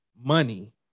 money